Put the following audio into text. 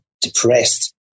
depressed